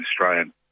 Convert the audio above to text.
Australian